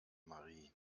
marie